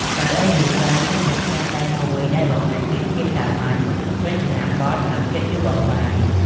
កៅអីឫស្សី គឺជាស្នាដៃមួយដែលបង្ហាញពីភាពសាមញ្ញ រចនាបថ និងភាពយូរអង្វែង ។